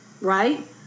right